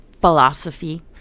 philosophy